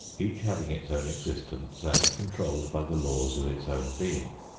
each having its own existence and controlled by the laws of its own being.